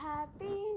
Happy